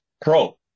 pro